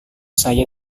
saya